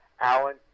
Alan